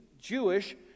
Jewish